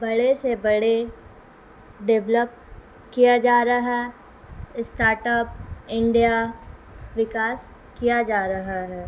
بڑے سے بڑے ڈیولپ کیا جا رہا ہے اسٹارٹ اپ انڈیا وکاس کیا جا رہا ہے